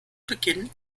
beginn